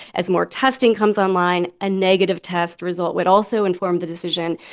as more testing comes online, a negative test result would also inform the decision.